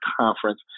Conference